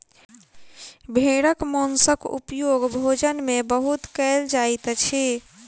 भेड़क मौंसक उपयोग भोजन में बहुत कयल जाइत अछि